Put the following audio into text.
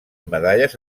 medalles